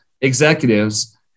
executives